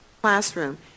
classroom